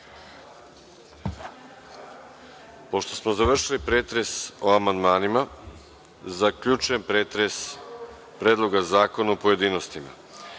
smo završili pretres o amandmanima, zaključujem pretres Predloga zakona u pojedinostima. Pošto